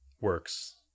works